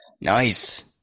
Nice